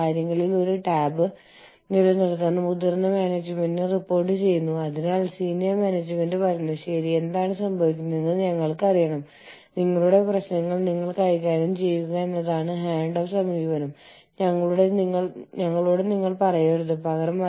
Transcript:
കൂടാതെ യൂറോപ്പിൽ അല്ലെങ്കിൽ ഓസ്ട്രേലിയ അല്ലെങ്കിൽ യുണൈറ്റഡ് സ്റ്റേറ്റ്സ് നിങ്ങൾ നിർമ്മിക്കുന്നത് അല്ലെങ്കിൽ വടക്കേ അമേരിക്കൻ ഭൂഖണ്ഡത്തിൽ നിങ്ങൾ നിർമ്മിക്കുന്നത് എസ്യുവികൾ സബർബൻ വാഹനങ്ങൾ എന്നിവയായിരിക്കാം